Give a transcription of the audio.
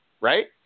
Right